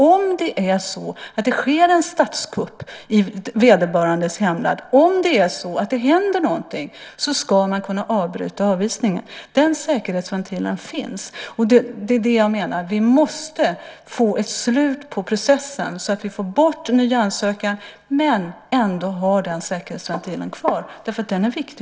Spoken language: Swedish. Om det sker en statskupp i vederbörandes hemland och om det händer någonting ska man kunna avbryta avvisningen. Den säkerhetsventilen finns. Vi måste få ett slut på processen så att vi får bort ny ansökan men ändå har den säkerhetsventilen kvar eftersom den är viktig.